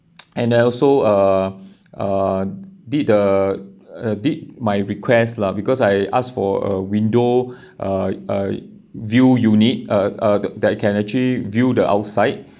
and I also uh uh did the did my request lah because I ask for a window uh a a view unit uh that can actually view the outside